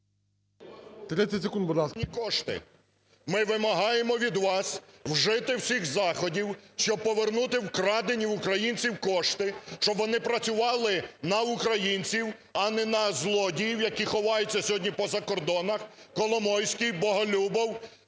Ми вимагаємо від вас вжити всіх заходів, щоб повернути вкрадені в українців кошти, щоб вони працювали на українців, а не на злодіїв, які ховаються сьогодні по закордонах, Коломойський, Боголюбов,